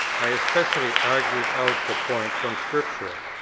i especially argued out the point from scripture,